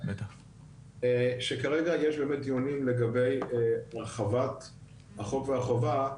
שכרגע יש באמת דיונים לגבי הרחבת החוק והחובה,